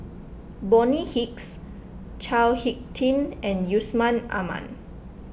Bonny Hicks Chao Hick Tin and Yusman Aman